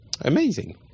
Amazing